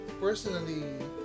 personally